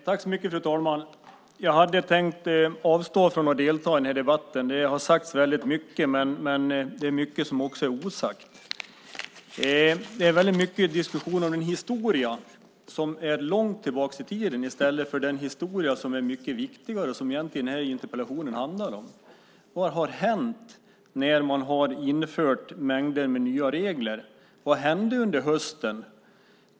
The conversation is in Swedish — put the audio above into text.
Fru talman! Jag hade tänkt avstå från att delta i den här debatten. Det har sagts väldigt mycket, men det är också mycket som är osagt. Det är mycket diskussion om en historia som går långt tillbaka i tiden i stället för den historia som är mycket viktigare och som den här interpellationen egentligen handlar om. Vad har hänt när man har infört mängder med nya regler? Vad hände under hösten?